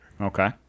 Okay